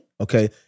Okay